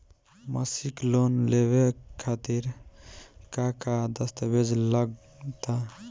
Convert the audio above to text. मसीक लोन लेवे खातिर का का दास्तावेज लग ता?